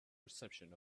reception